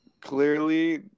clearly